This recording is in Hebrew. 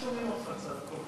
לא שומעים אותך כל כך,